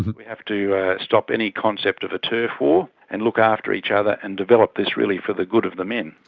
we have to stop any concept of a turf war and look after each other and develop this really for the good of the men.